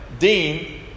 Dean